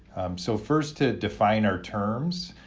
so first, to define our terms,